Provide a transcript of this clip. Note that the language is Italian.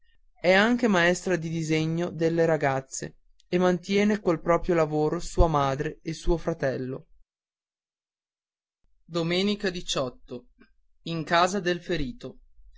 è anche maestra di disegno delle ragazze e mantiene col proprio lavoro sua madre e suo fratello in casa del ferito